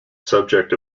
subject